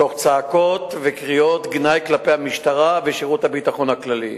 תוך צעקות וקריאות גנאי כלפי המשטרה ושירות הביטחון הכללי.